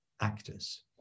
actors